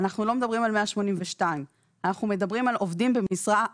אנחנו לא מדברים על 182. אנחנו מדברים על עובדים במשרה,